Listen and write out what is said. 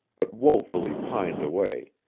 but woefully pined away,